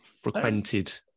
frequented